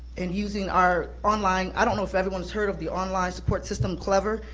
and using our online. i don't know if everyone's heard of the online support system clever.